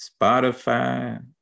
Spotify